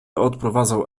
odprowadzał